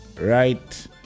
right